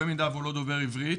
במידה והוא לא דובר עברית,